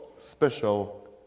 special